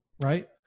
right